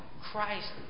Christ